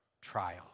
trial